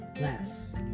less